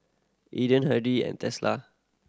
Aden Hardy and Tesla